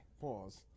Pause